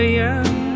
young